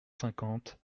cinquante